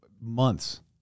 months